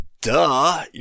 duh